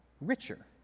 richer